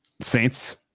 saints